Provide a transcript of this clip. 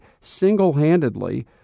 single-handedly